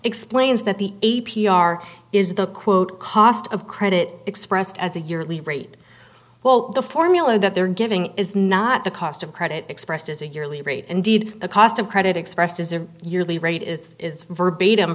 explains that the a p r is the quote cost of credit expressed as a yearly rate well the formula that they're giving is not the cost of credit expressed as a yearly rate indeed the cost of credit expressed as a yearly rate is verbatim